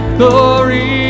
glory